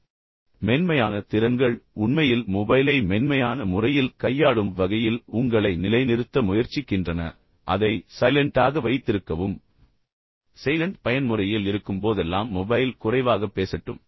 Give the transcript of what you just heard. எனவே மென்மையான திறன்கள் உண்மையில் மொபைலை மென்மையான முறையில் கையாளும் வகையில் உங்களை நிலைநிறுத்த முயற்சிக்கின்றன அதை சைலென்ட்டாக வைத்திருக்கவும் செய்லன்ட் பயன்முறையில் இருக்கும்போதெல்லாம் மொபைல் குறைவாக பேசட்டும்